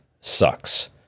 sucks